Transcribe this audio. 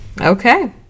Okay